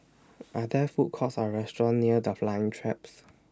Are There Food Courts Or restaurants near The Flying Trapeze